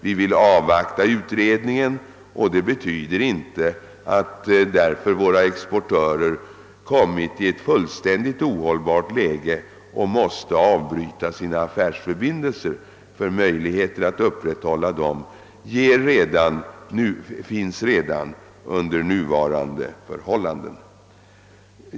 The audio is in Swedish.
Vi vill avvakta utredningen, men det betyder inte att våra exportörer därför har kommit i ett fullständigt ohållbart läge och att de måste avbryta sina affärsförbindelser. Möjlighet att upprätthålla dem finns redan under nuvarande förhållanden.